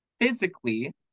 physically